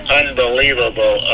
unbelievable